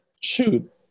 shoot